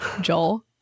Joel